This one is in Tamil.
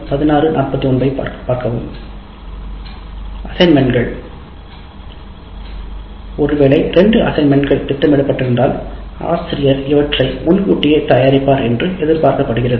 பணிகள் 2 பணிகள் திட்டமிடப்பட்டிருந்தால் ஆசிரியர் இவற்றைத் முன்கூட்டியே தயாரிப்பார் என்று எதிர்பார்க்கப்படுகிறது